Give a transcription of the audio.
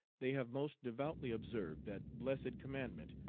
they have most devoutly observed that blessed commandment,